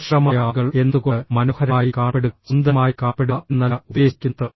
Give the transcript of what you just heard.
ആകർഷകമായ ആളുകൾ എന്നതുകൊണ്ട് മനോഹരമായി കാണപ്പെടുക സുന്ദരമായി കാണപ്പെടുക എന്നല്ല ഉദ്ദേശിക്കുന്നത്